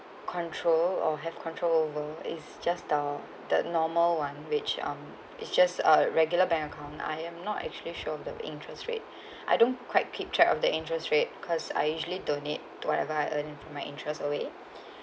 control or have control over is just that the normal one which um is just a regular bank account I am not actually sure of the interest rate I don't quite keep track of the interest rate because I usually donate what I have earn from my interest away